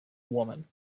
woman